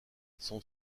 son